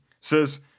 says